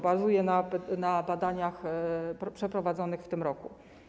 Bazuję na badaniach przeprowadzonych w tym roku.